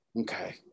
Okay